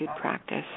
practice